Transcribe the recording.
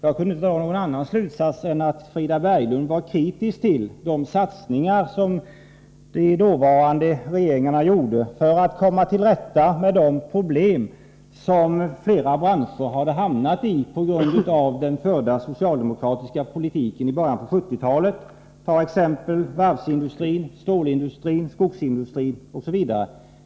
Jag kan inte dra någon annan slutsats än att Frida Berglund är kritisk mot de satsningar som de dåvarande regeringarna gjorde för att komma till rätta med de problem som flera branscher hade hamnat i på grund av den förda socialdemokratiska politiken i början av 1970-talet. Jag tänker på varvsindustrin, stålindustrin, skogsindustrin osv.